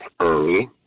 early